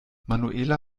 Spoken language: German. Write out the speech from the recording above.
manuela